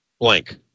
blank